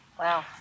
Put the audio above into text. Wow